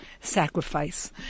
sacrifice